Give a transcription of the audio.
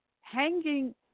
Hanging